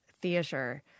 theatre